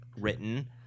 written